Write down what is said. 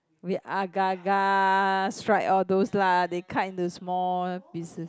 with agar agar stripe all those lah they cut into small pieces